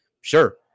sure